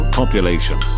population